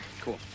Cool